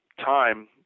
time